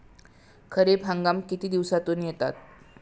खरीप हंगाम किती दिवसातून येतात?